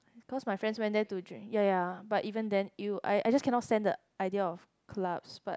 cause my friends went there to drink ya ya but even then !eww! I I just cannot stand the idea of clubs but